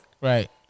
Right